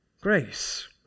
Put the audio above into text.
grace